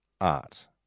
art